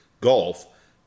golf